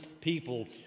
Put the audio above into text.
people